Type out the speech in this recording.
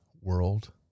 world